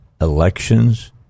elections